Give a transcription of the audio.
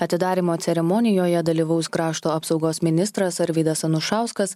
atidarymo ceremonijoje dalyvaus krašto apsaugos ministras arvydas anušauskas